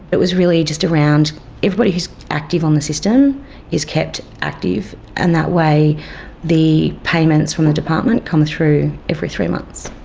it was really just around everybody who's active on the system is kept active and that way the payments from the department come through every three months.